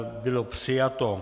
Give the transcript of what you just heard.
Bylo přijato.